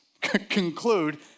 conclude